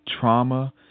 trauma